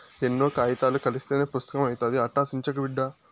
ఎన్నో కాయితాలు కలస్తేనే పుస్తకం అయితాది, అట్టా సించకు బిడ్డా